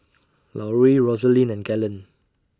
Lauri Roselyn and Galen